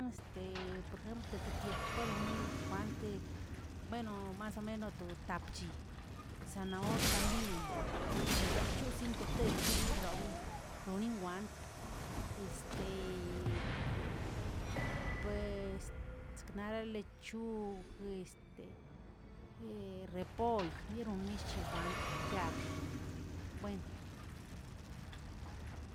Este porjempl teketiaꞌ paronni kwante bueno mas o menos to tapchi sanaor también za yaa choꞌ sintotel guiribraown lonin wantə este pues signare lechug, este repoy, yirinoche want yaax bueno.